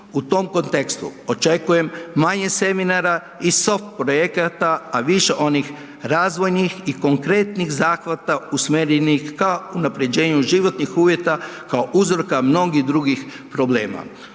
U tom kontekstu očekujem manje seminara i soft projekata, a više onih razvojnih i konkretnih zahvata usmjerenih ka unapređenju životnih uvjeta kao uzroka mnogih drugih problema.